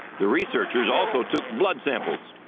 the researchers also took blood samples.